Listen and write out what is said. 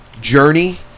Journey